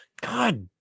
God